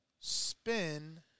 spin